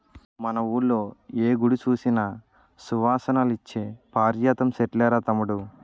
మన వూళ్ళో ఏ గుడి సూసినా సువాసనలిచ్చే పారిజాతం సెట్లేరా తమ్ముడూ